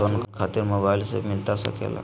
Loan खातिर mobile से मिलता सके?